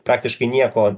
praktiškai nieko